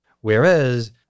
Whereas